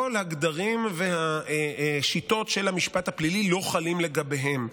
כל הגדרים והשיטות של המשפט הפלילי לא חלים לגביהם,